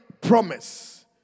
promise